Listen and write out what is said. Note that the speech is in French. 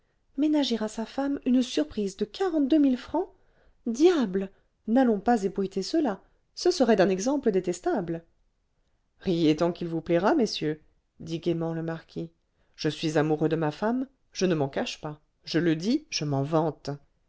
ménager à sa femme une surprise de quarante-deux mille francs diable n'allons pas ébruiter cela ce serait d'un exemple détestable riez tant qu'il vous plaira messieurs dit gaiement le marquis je suis amoureux de ma femme je ne m'en cache pas je le dis je m'en vante